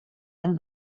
and